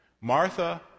martha